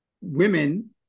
women